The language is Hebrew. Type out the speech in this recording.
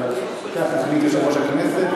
אבל כך החליט יושב-ראש הכנסת,